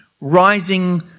rising